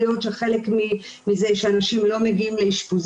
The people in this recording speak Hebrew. זה ברור שגם אני מנסה לעודד מטפלים שיפתחו